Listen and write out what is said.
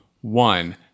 One